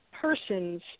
person's